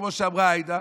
כמו שאמרה עאידה,